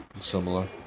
similar